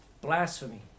Blasphemy